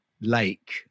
lake